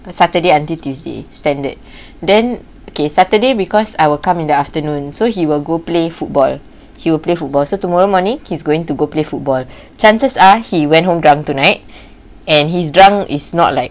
the saturday until tuesday standard then okay saturday because I will come in the afternoon so he will play football he will play football so tomorrow morning he's going to go play football chances are he went home drunk tonight and he's drunk is not like